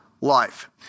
life